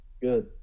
good